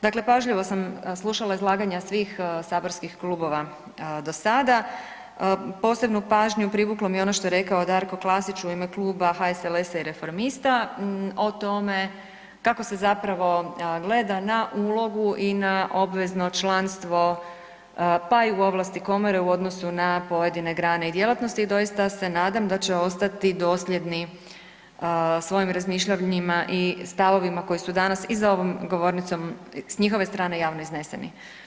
Dakle pažljivo sam slušala izlaganja svih saborskih klubova do sada, posebnu pažnju privuklo mi je ono što je rekao Darko Klasić u ime Kluba HSLS-a i Reformista o tome kako se zapravo gleda na ulogu i na obvezno članstvo, pa i u ovlasti komore u odnosu na pojedine grane i djelatnosti, doista se nadam da će ostati dosljedni svojim razmišljanjima i stavovima koji su danas i za ovom govornicom s njihove strane javno izneseni.